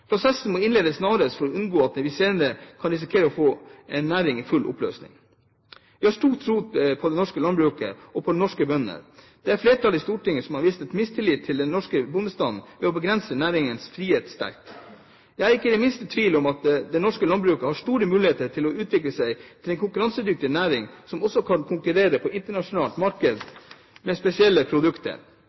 Prosessen må innledes snarest for å unngå at vi senere kan risikere å få en næring i full oppløsning. Vi har stor tro på det norske landbruket og på norske bønder. Flertallet i Stortinget har vist en mistillit til den norske bondestanden ved å begrense næringens frihet sterkt. Jeg er ikke det minste i tvil om at det norske landbruket har store muligheter til å utvikle seg til en konkurransedyktig næring som også kan konkurrere på et internasjonalt marked med spesielle produkter.